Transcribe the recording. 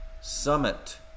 summit